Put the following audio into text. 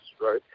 right